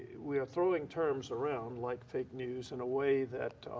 we are throwing terms around, like fake news, in a way that